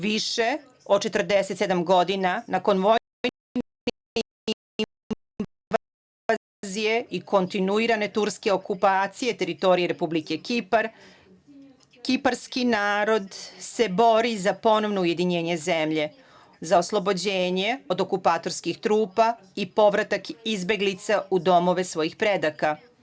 Više od 47 godina nakon vojne invazije i kontinuirane Turske okupacije teritorije Republike Kipar, kiparski narod se bori za ponovno ujedinjenje zemlje, za oslobođenje od okupatorskih trupa i povratak izbeglica u domove svojih predaka.